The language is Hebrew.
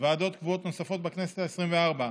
ועדות קבועות נוספות בכנסת העשרים-וארבע.